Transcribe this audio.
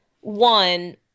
one